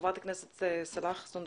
חברת הכנסת סאלח סונדוס.